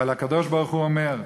אבל הקדוש-ברוך-הוא אומר: